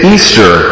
Easter